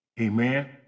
Amen